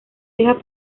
deja